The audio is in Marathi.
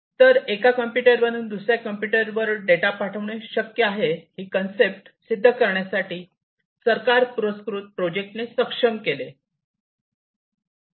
तर एका कम्प्युटर वरून दुसर्या कम्प्युटरवर डेटा पाठवणे शक्य आहे ही कन्सेप्ट सिद्ध करण्यासाठी या सरकार पुरस्कृत प्रोजेक्ट ने सक्षम केले